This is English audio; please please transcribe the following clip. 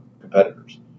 competitors